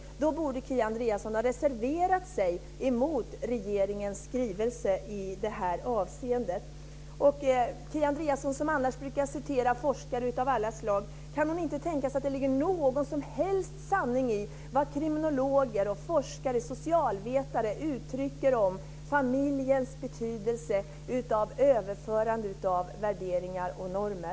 I så fall borde Kia Andreasson ha reserverat sig mot regeringens skrivelse i det här avseendet. Kan inte Kia Andreasson, som annars brukar citera forskare av alla slag, tänka sig att det ligger någon som helst sanning i vad kriminologer, forskare och socialvetare uttrycker om familjens betydelse för överförandet av värderingar och normer?